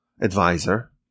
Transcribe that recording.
advisor